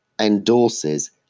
endorses